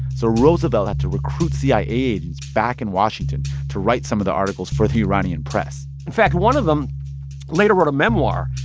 so roosevelt had to recruit cia agents back in washington to write some of the articles for the iranian press in fact, one of them later wrote a memoir.